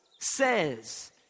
says